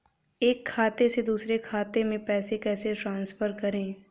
एक खाते से दूसरे खाते में पैसे कैसे ट्रांसफर करें?